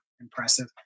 impressive